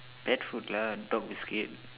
pet food lah dog biscuit